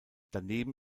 daneben